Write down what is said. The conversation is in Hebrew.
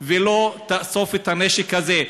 ולא תאסוף את הנשק הזה?